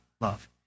love